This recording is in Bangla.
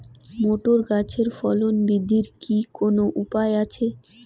মোটর গাছের ফলন বৃদ্ধির কি কোনো উপায় আছে?